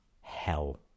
hell